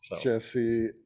Jesse